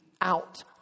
out